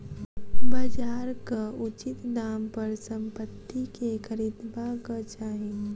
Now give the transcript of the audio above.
बजारक उचित दाम पर संपत्ति के खरीदबाक चाही